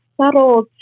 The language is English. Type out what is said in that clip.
subtle